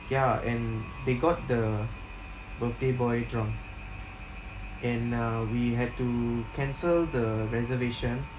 ya and they got the birthday boy drunk and uh we had to cancel the reservation